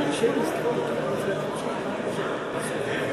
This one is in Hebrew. הסתייגות 112: 44